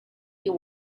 you